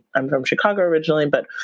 i'm from chicago originally. but